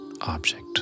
object